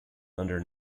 under